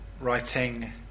writing